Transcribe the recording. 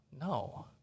No